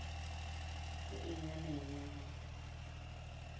ते एह् नेईं ऐ हा